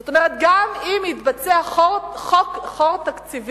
זאת אומרת, גם אם יתבצע חור תקציבי,